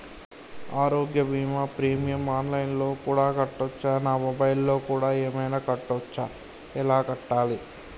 ఆరోగ్య బీమా premium online లో కూడా కట్టచ్చా? నా మొబైల్లో కూడా ఏమైనా కట్టొచ్చా? ఎలా కట్టాలి?